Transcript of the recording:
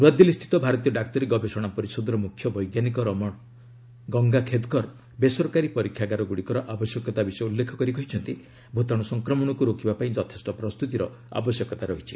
ନୂଆଦିଲ୍ଲୀ ସ୍ଥିତ ଭାରତୀୟ ଡାକ୍ତରୀ ଗବେଷଣା ପରିଷଦର ମୁଖ୍ୟ ବୈଜ୍ଞାନିକ ରମଣ ଗଙ୍ଗାଖେଦକର ବେସରକାରୀ ପରୀକ୍ଷାଗାରଗ୍ରଡ଼ିକର ଆବଶ୍ୟକତା ବିଷୟ ଉଲ୍ଲେଖ କରି କହିଛନ୍ତି ଭ୍ରତାଣୁ ସଂକ୍ରମଣକୁ ରୋକିବା ପାଇଁ ଯଥେଷ୍ଟ ପ୍ରସ୍ତୁତିର ଆବଶ୍ୟକତା ରହିଛି